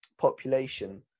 population